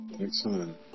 Excellent